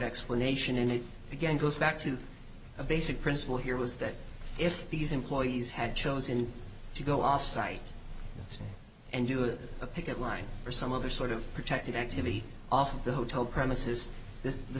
explanation and it began goes back to a basic principle here was that if these employees had chosen to go off site and do it a picket line or some other sort of protected activity off the hotel premises this the